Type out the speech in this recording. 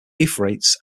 euphrates